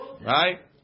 Right